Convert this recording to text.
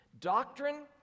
Doctrine